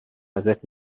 ازت